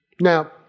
Now